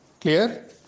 clear